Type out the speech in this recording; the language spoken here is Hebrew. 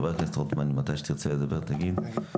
חבר הכנסת רוטמן, מתי שתרצה לדבר תגיד.